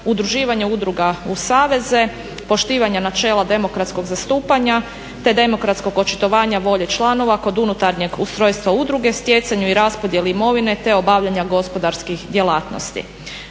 udruživanje udruga u saveze, poštivanja načela demokratskog zastupanja, te demokratskog očitovanja volje članova kod unutarnjeg ustrojstva udruge, stjecanju i raspodjeli imovine, te obavljanja gospodarskih djelatnosti.